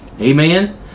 Amen